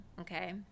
okay